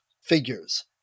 figures